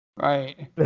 Right